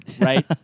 Right